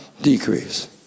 Decrease